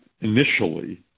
initially